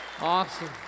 Awesome